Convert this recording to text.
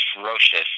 ferocious